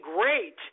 great